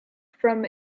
from